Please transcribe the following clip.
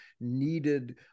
needed